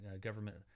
government